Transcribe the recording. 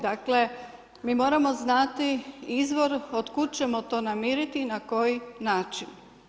Dakle, mi moramo znati izvor od kud ćemo to namiriti i na koji način.